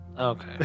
Okay